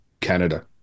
Canada